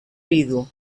viudo